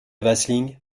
vasling